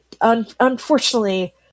unfortunately